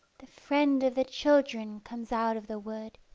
the friend of the children comes out of the wood.